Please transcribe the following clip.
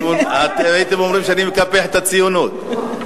הייתם אומרים שאני מקפח את הציונות.